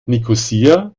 nikosia